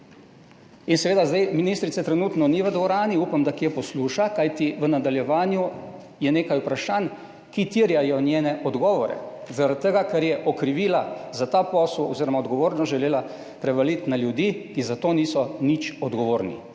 In seveda, zdaj ministrice trenutno ni v dvorani, upam da kje posluša, kajti v nadaljevanju je nekaj vprašanj, ki terjajo njene odgovore zaradi tega, ker je okrivila za ta posel oz. odgovornost želela prevaliti na ljudi, ki za to niso nič odgovorni.